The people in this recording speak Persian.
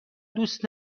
دوست